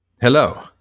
Hello